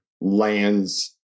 lands